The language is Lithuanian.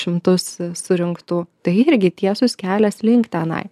šimtus surinktų tai irgi tiesus kelias link tenai